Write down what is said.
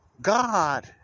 God